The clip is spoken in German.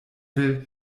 will